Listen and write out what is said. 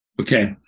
Okay